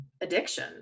addiction